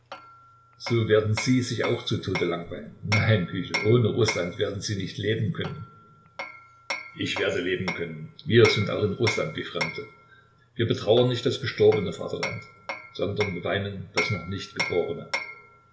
so werden sie sich auch zu tode langweilen nein küchel ohne rußland werden sie nicht leben können ich werde leben können wir sind auch in rußland wie fremde wir betrauern nicht das gestorbene vaterland sondern beweinen das noch nicht geborene